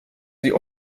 sie